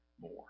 more